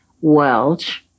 Welsh